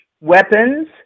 weapons